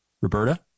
Roberta